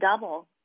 double